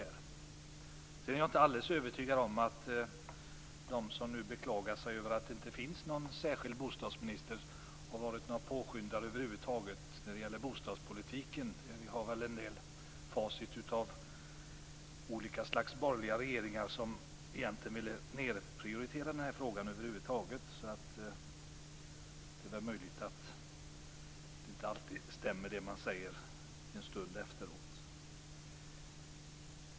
Sedan är jag inte alldeles övertygad om att de som nu beklagar sig över att det inte finns någon särskild bostadsminister har varit några påskyndare över huvud taget när det bostadspolitiken. Vi har en del facit av olika slags borgerliga regeringar som ville nedprioritera den här frågan. Det är väl möjligt att det man säger en stund efteråt inte alltid stämmer.